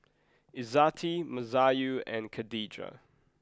Izzati Masayu and Khadija